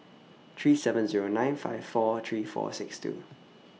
three seven Zero nine five four three four six two